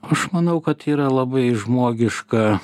aš manau kad yra labai žmogiška